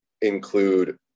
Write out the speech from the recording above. include